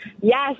Yes